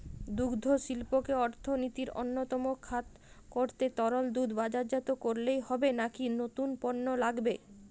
দুগ্ধশিল্পকে অর্থনীতির অন্যতম খাত করতে তরল দুধ বাজারজাত করলেই হবে নাকি নতুন পণ্য লাগবে?